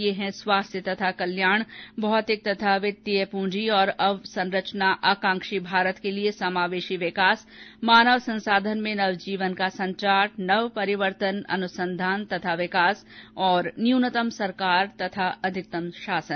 ये हैं स्वास्थ्य तथा कल्याण भौतिक तथा वित्तीय पूंजी और अवसंरचना आकांक्षी भारत के लिए समावेशी विकास मानव संसाधन में नवजीवन का संचार नव परिवर्तन अनुसंधान तथा विकास और न्यूनतम सरकार और अधिकतम शासन